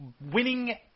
winning